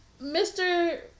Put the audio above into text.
Mr